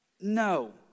no